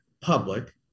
public